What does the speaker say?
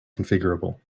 configurable